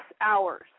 hours